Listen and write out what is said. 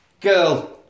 Girl